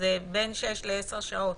זה בין שש שעות לעשר שעות.